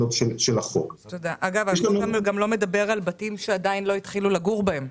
החוק גם לא מדבר על בתים שעדיין לא התחילו לגור בהם.